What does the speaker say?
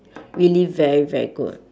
really very very good